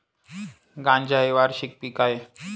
गांजा हे वार्षिक पीक आहे